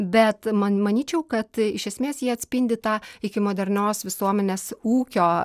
bet man manyčiau kad iš esmės jie atspindi tą iki modernios visuomenės ūkio